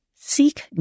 seek